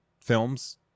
films